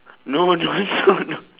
no no no